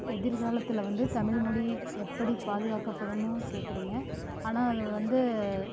எதிர்காலத்தில் வந்து தமிழ்மொழி எப்படி பாதுக்காக்கப்படணுன்னு கேட்குறீங்க ஆனால் அது வந்து